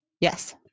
Yes